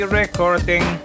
recording